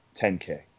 10K